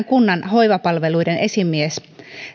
kunnan hoivapalveluiden esimies